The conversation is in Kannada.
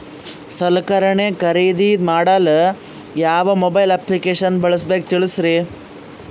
ಸಲಕರಣೆ ಖರದಿದ ಮಾಡಲು ಯಾವ ಮೊಬೈಲ್ ಅಪ್ಲಿಕೇಶನ್ ಬಳಸಬೇಕ ತಿಲ್ಸರಿ?